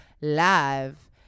live